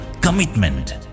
commitment